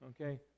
Okay